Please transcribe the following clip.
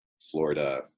Florida